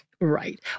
Right